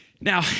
Now